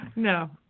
No